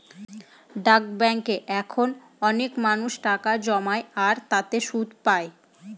ডাক ব্যাঙ্কে এখন অনেক মানুষ টাকা জমায় আর তাতে সুদ পাই